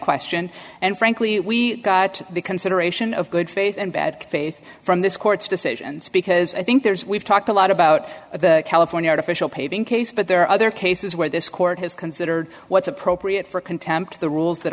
question and frankly we got the consideration of good faith and bad faith from this court's decisions because i think there's we've talked a lot about the california artificial paving case but there are other cases where this court has considered what's appropriate for contempt the rules that